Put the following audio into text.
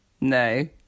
No